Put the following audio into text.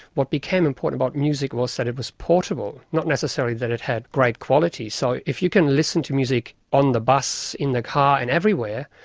what became important about music was that it was portable, not necessarily that it had great quality. so if you can listen to music on the bus, in the car and everywhere,